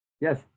yes